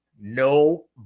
No